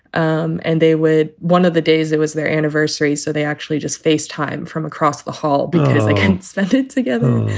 um and they were one of the days it was their anniversary. so they actually just face time from across the hall because they can spend it together.